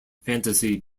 fantasy